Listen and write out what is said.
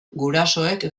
gurasoek